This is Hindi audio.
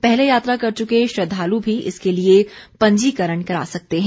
पहले यात्रा कर चुके श्रद्धालु भी इसके लिए पंजीकरण करा सकते हैं